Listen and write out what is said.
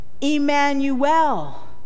Emmanuel